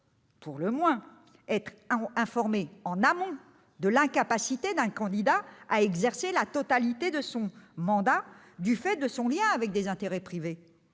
pour le moins, être informés en amont de l'incapacité d'un candidat à exercer en totalité son mandat du fait de son lien avec des intérêts privés